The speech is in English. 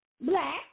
Black